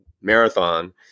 marathon